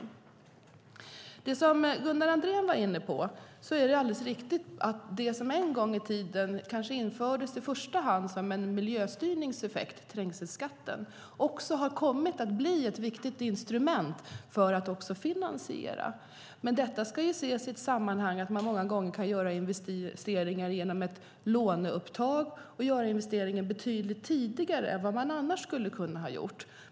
När det gäller det som Gunnar Andrén var inne på är det alldeles riktigt att trängselskatten en gång i tiden i första hand infördes som en miljöstyrningsåtgärd, men den har kommit att bli ett viktigt instrument även för finansiering. Detta ska ses i sammanhanget att man många gånger kan göra investeringar genom låneupptag och även göra investeringar betydligt tidigare än man annars kunde ha gjort.